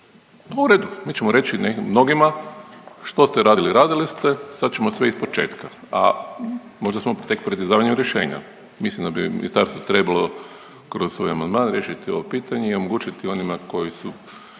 U redu, mi ćemo reći mnogima što ste radili radili ste, sad ćemo sve ispočetka a možda smo tek pred izdavanjem rješenja. Mislim da bi ministarstvo trebalo kroz svoj amandman riješiti ovo pitanje i omogućiti onima koji su